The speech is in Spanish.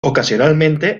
ocasionalmente